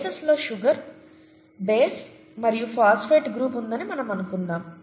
bases లో sugar base మరియు phosphate group ఉందని మనం అనుకున్నాము